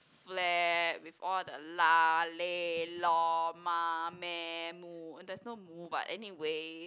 flat with all the lah leh lor mah meh moo there's no moo but anyway